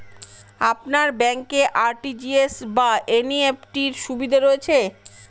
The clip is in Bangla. আপনার ব্যাংকে আর.টি.জি.এস বা এন.ই.এফ.টি র সুবিধা রয়েছে?